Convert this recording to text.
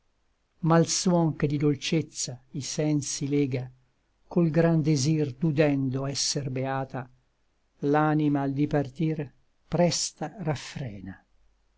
l suon che di dolcezza i sensi lega col gran desir d'udendo esser beata l'anima al dipartir presta raffrena